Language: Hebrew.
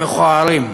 הם מכוערים,